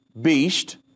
beast